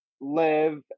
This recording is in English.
live